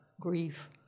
grief